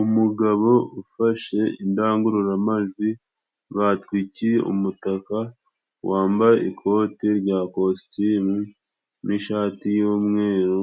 Umugabo ufashe indangururamajwi, batwikiye umutaka, wambaye ikote rya kositimu n'ishati y'umweru